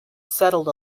settled